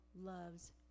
loves